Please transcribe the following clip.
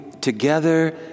together